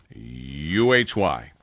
UHY